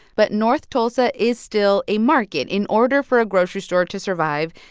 but north tulsa is still a market. in order for a grocery store to survive,